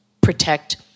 protect